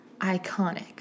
iconic